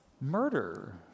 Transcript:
murder